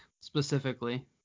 specifically